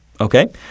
okay